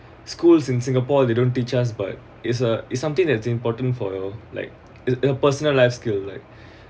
schools in singapore they don't teach us but it's uh it's something that's important for your like a a personal life skill like